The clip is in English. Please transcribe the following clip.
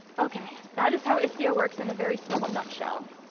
ok, that is how istio works in a very small nutshell.